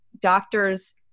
doctors